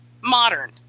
modern